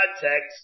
context